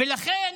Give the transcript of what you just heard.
ולכן